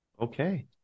Okay